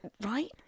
Right